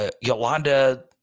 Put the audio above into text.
Yolanda